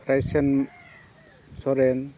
Raysen Soren